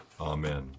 Amen